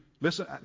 Listen